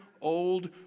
old